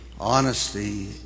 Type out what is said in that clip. honesty